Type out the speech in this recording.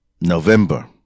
November